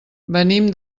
venim